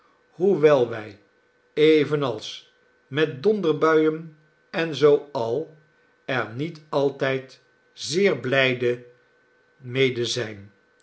hoewel wij evenals met donderbuien en zoo al er niet altijd zeer blijde des mede zijn